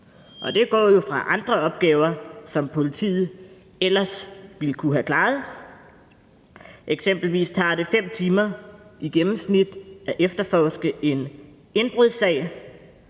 og det går jo fra andre opgaver, som politiet ellers ville kunne have klaret. Eksempelvis tager det 5 timer i gennemsnit at efterforske en indbrudssag.